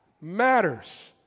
matters